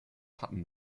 hatten